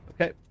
Okay